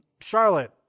Charlotte